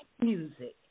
music